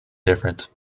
different